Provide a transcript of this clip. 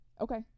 Okay